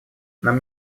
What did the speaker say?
нам